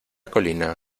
colina